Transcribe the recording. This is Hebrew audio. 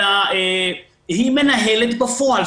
אלא היא מנהלת בפועל.